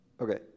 Okay